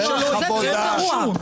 זה טיעון גרוע.